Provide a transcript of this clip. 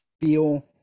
feel